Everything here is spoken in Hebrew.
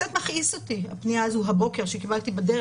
קצת מכעיסה אותי הפנייה הזו הבוקר שקיבלתי בדרך